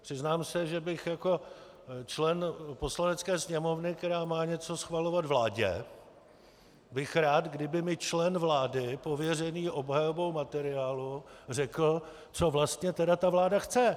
Přiznám se, že bych jako člen Poslanecké sněmovny, která má něco schvalovat vládě, rád, kdyby mi člen vlády pověřený obhajobou materiálu řekl, co vlastně tedy ta vláda chce.